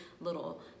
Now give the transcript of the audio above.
little